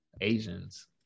Asians